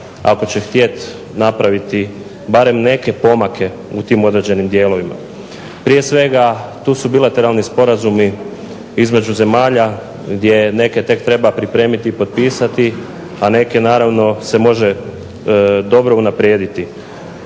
ako će htjet napraviti barem neke pomake u tim određenim dijelovima. Prije svega, tu su bilateralni sporazumi između zemalja gdje neke tek treba pripremiti i potpisati, a neke naravno se može dobro unaprijediti.